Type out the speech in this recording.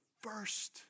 first